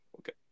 Okay